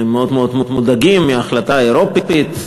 הם מאוד מודאגים מההחלטה האירופית.